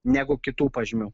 negu kitų požymių